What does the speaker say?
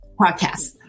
podcast